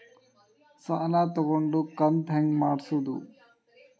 ಸಾಲ ತಗೊಂಡು ಕಂತ ಹೆಂಗ್ ಮಾಡ್ಸೋದು?